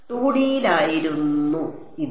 2ഡിയിലായിരുന്നു ഇത്